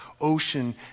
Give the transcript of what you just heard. ocean